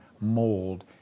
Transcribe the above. mold